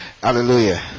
Hallelujah